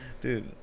Dude